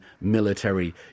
military